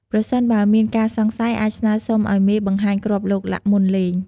ប្រសិនបើមានការសង្ស័យ អាចស្នើសុំឱ្យមេបង្ហាញគ្រាប់ឡុកឡាក់មុនលេង។